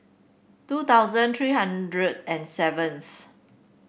two thousand three hundred and seventh